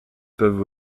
peuvent